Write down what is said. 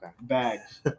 Bags